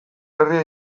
herria